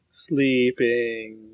Sleeping